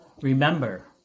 Remember